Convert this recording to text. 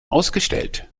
ausgestellt